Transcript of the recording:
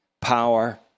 power